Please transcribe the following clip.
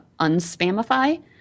unspamify